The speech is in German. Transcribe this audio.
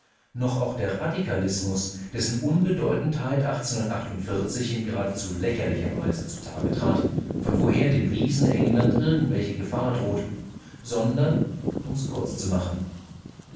noch auch der radikalismus dessen unbedeutend in geradezu lächerlicher weise zutage trat von woher dem riesen england irgendwelche gefahr droht sondern ums kurz machen